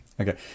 Okay